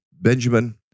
Benjamin